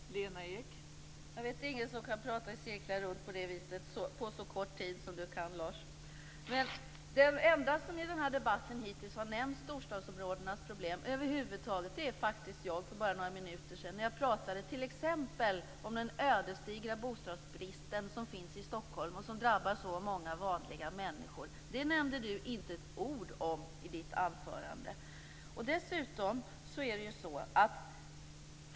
Fru talman! Jag vet ingen som kan prata runt i cirklar på så kort tid som Lars Bäckström. Den enda som i debatten har nämnt storstadsområdenas problem över huvud taget är faktiskt jag. För bara några minuter sedan pratade jag t.ex. om den ödesdigra bostadsbristen i Stockholm, som drabbar så många vanliga människor. Det nämnde du inte ett ord om i ditt anförande, Lars Bäckström.